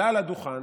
שעלה על הדוכן,